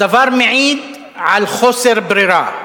הדבר מעיד על חוסר ברירה,